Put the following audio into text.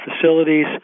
facilities